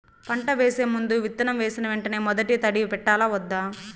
పంట వేసే ముందు, విత్తనం వేసిన వెంటనే మొదటి తడి పెట్టాలా వద్దా?